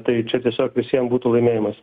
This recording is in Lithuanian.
tai čia tiesiog visiem būtų laimėjimas